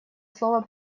слово